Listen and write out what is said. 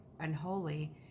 Unholy